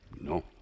no